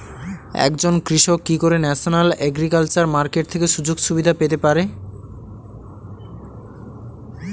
একজন কৃষক কি করে ন্যাশনাল এগ্রিকালচার মার্কেট থেকে সুযোগ সুবিধা পেতে পারে?